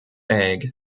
egg